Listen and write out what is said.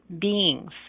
beings